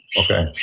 Okay